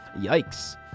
Yikes